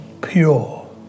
pure